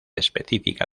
específica